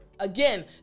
Again